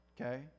okay